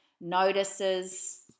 notices